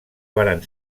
varen